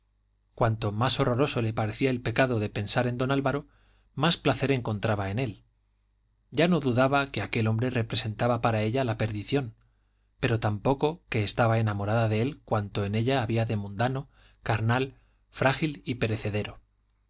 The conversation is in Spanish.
cuanto más horroroso le parecía el pecado de pensar en don álvaro más placer encontraba en él ya no dudaba que aquel hombre representaba para ella la perdición pero tampoco que estaba enamorada de él cuanto en ella había de mundano carnal frágil y perecedero